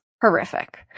horrific